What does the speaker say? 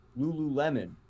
lululemon